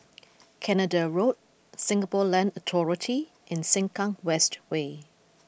Canada Road Singapore Land Authority and Sengkang West Way